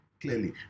clearly